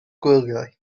gwyliau